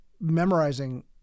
memorizing